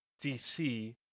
DC